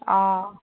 অ